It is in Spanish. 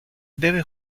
debe